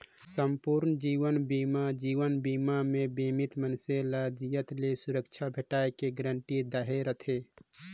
संपूर्न जीवन बीमा जीवन बीमा मे बीमित मइनसे ल जियत ले सुरक्छा भेंटाय के गारंटी दहे रथे